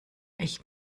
ich